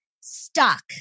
stuck